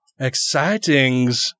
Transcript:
Excitings